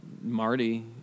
Marty